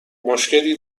مشکلی